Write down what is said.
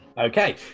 Okay